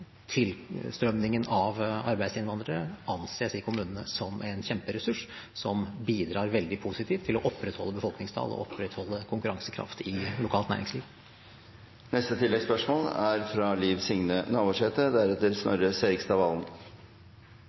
tilstrømningen av arbeidsinnvandrere anses i kommunene som en kjemperessurs som bidrar veldig positivt til å opprettholde befolkningstallet og opprettholde konkurransekraft i lokalt næringsliv.